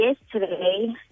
yesterday